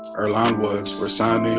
earlonne woods rahsaan new